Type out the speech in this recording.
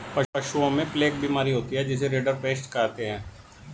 पशुओं में प्लेग बीमारी होती है जिसे रिंडरपेस्ट कहते हैं